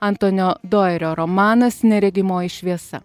antonio dojerio romanas neregimoji šviesa